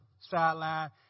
sideline